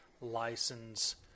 license